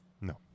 No